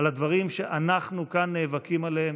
על הדברים שאנחנו כאן נאבקים עליהם,